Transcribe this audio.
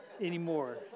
anymore